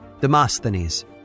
demosthenes